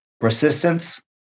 Persistence